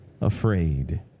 afraid